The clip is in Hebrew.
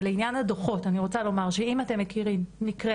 ולעניין הדוחות אני רוצה לומר שאם אתם מכירים מקרה